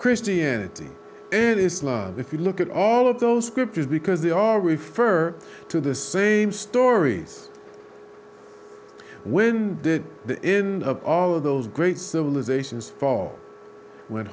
christianity and islam if you look at all of those scriptures because they are refer to the same stories when did the end of all of those great civilizations fall when